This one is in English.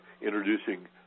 introducing